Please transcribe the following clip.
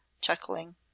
chuckling